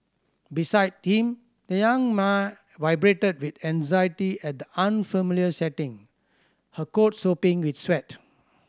beside him the young mare vibrated with anxiety at the unfamiliar setting her coat sopping with sweat